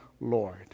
Lord